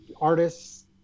artists